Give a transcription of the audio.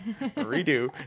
redo